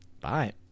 Bye